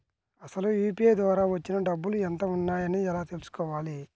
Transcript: అసలు యూ.పీ.ఐ ద్వార వచ్చిన డబ్బులు ఎంత వున్నాయి అని ఎలా తెలుసుకోవాలి?